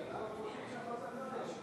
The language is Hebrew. כנסת יקרה,